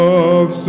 Love